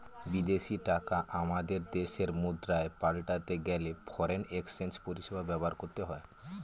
বিদেশী টাকা আমাদের দেশের মুদ্রায় পাল্টাতে গেলে ফরেন এক্সচেঞ্জ পরিষেবা ব্যবহার করতে হয়